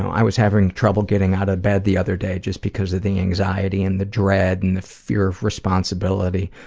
i was having trouble getting out of bed the other day just because of the anxiety and the dread and the fear of responsibility.